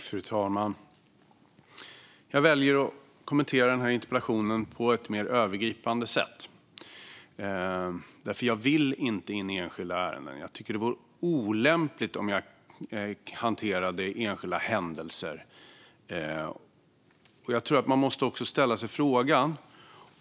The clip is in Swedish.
Fru talman! Jag väljer att kommentera den här interpellationen på ett mer övergripande sätt, för jag vill inte gå in i enskilda ärenden. Jag tycker att det vore olämpligt om jag hanterade enskilda händelser.